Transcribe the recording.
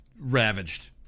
ravaged